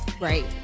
right